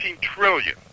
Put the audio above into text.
trillion